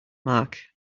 marc